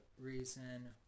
reason